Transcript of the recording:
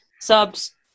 subs